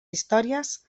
històries